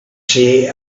see